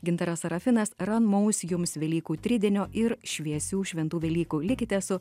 gintaras serafinas ramaus jums velykų tridienio ir šviesių šventų velykų likite su